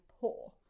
poor